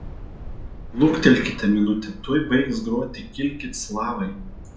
luktelkite minutę tuoj baigs groti kilkit slavai